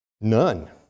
None